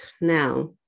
Now